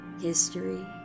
history